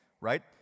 Right